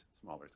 smaller